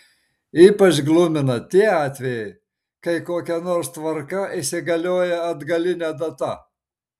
ypač glumina tie atvejai kai kokia nors tvarka įsigalioja atgaline data